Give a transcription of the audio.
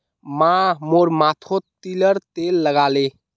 माँ मोर माथोत तिलर तेल लगाले